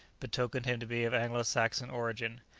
betokened him to be of anglo-saxon origin,